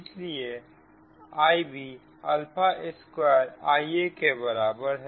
इसलिए Ibअल्फा square Ia के बराबर है